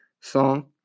song